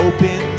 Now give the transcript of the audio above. Open